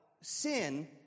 sin